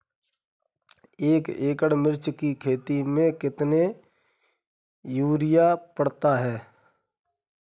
एक एकड़ मिर्च की खेती में कितना यूरिया पड़ता है?